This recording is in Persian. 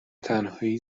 تنهایی